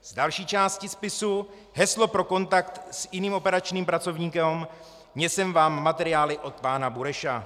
Z další části spisu: Heslo pro kontakt s iným operačným pracovníkom Nesiem vam materiály od pána Bureša.